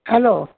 hello